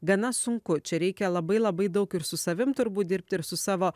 gana sunku čia reikia labai labai daug ir su savim turbūt dirbti ir su savo